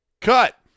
Cut